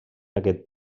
aquest